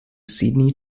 sydney